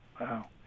Wow